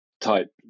type